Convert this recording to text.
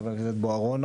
חבר הכנסת בוארון,